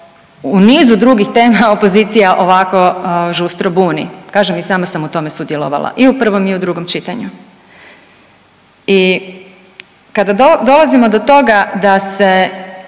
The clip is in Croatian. u nizu drugih tema opozicija ovako žustro buni. Kažem i sama sam u tome sudjelovala i u prvom i u drugom čitanju. I kada dolazimo do toga da se